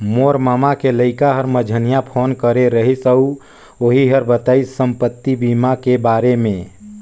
मोर ममा के लइका हर मंझिन्हा फोन करे रहिस अउ ओही हर बताइस संपति बीमा के बारे मे